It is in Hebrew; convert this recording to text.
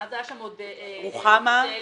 צאלים,